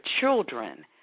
children